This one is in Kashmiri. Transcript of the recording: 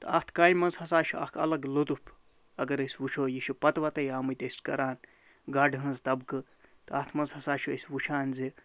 تہٕ اَتھ کامہِ منٛز ہسا چھُ اَکھ الگ لُطُف اگر أسۍ وٕچھو یہِ چھِ پَتہٕ وَتَے آمٕتۍ أسۍ کران گاڈٕ ہٲنٛز طبقہٕ تہٕ اَتھ منٛز ہسا چھِ أسۍ وٕچھان زِ